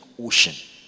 ocean